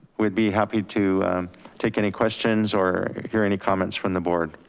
we'd be happy to take any questions or hear any comments from the board.